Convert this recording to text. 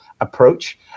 approach